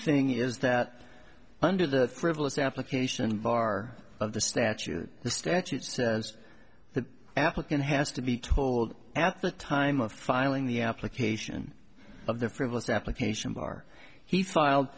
thing is that under the frivolous application bar of the statute the statute says the applicant has to be told at the time of filing the application of the frivolous application bar he filed